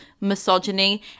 misogyny